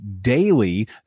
daily